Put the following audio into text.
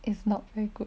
it's not very good